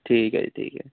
ਠੀਕ ਹੈ ਜੀ ਠੀਕ ਹੈ